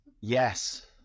yes